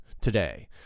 today